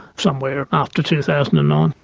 somewhere after two thousand and nine.